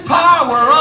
power